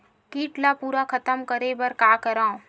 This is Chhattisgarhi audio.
कीट ला पूरा खतम करे बर का करवं?